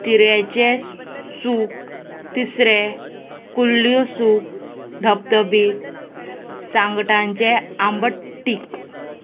तिरेंचें सुकें तिसरें कुल्ल्यो सुकें धबधबी सांगटांचें आंबटीक